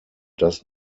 does